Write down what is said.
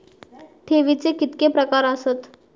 ठेवीचे कितके प्रकार आसत?